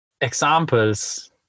examples